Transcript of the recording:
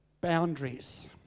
boundaries